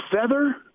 feather